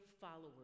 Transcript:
followers